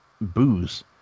booze